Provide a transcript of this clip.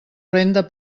renda